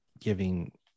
giving